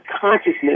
consciousness